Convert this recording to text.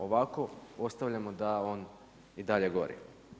Ovako ostavljamo da on i dalje gori.